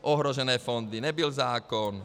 Ohrožené fondy, nebyl zákon.